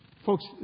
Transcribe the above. Folks